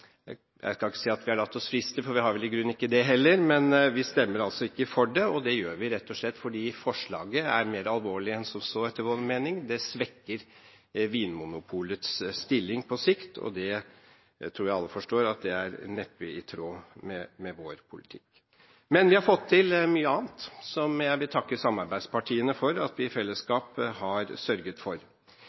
Jeg skal ikke si at vi har latt oss friste, for vi har vel i grunnen ikke det heller, men vi stemmer altså ikke for det, og det gjør vi rett og slett fordi forslaget, etter vår mening, er mer alvorlig enn som så. Det svekker Vinmonopolets stilling på sikt, og det tror jeg alle forstår at neppe er i tråd med vår politikk. Men vi har fått til mye annet, som jeg vil takke samarbeidspartiene for at vi i fellesskap har sørget for.